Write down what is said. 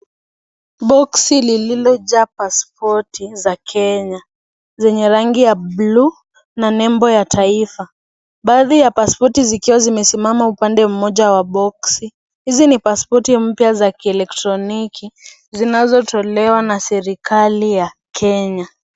Boxi lililojaa pasipoti za Kenya zenye rangi ya bluu na nembo ya taifa. Baadhi ya pasipoti zikiwa zimesimama upande moja wa boxi. Hizi ni pasipoti mpya za kielektroniki zinazotolewa na serikali ya Kenya.